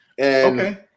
Okay